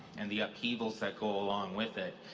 and the upheavals that go along with it.